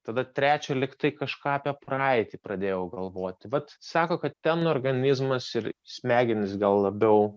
tada trečią lyg tai kažką apie praeitį pradėjau galvoti kad sako kad ten organizmas ir smegenys gal labiau